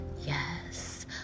yes